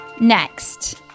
Next